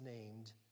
named